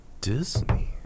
Disney